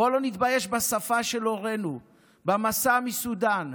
בוא לא נתבייש בשפה של הורינו, במסע מסודאן,